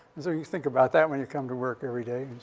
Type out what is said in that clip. and so you think about that when you come to work every day.